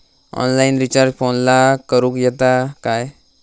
Online recharge फोनला करूक येता काय?